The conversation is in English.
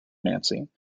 nancy